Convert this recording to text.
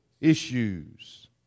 issues